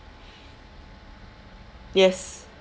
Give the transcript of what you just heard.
yes